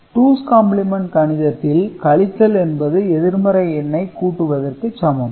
two's complement கணிதத்தில் கழித்தல் என்பது எதிர்மறை எண்ணை கூட்டுவதற்கு சமம்